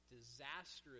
disastrous